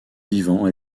vivants